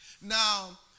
Now